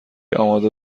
آماده